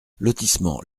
lotissement